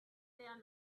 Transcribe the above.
there